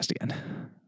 again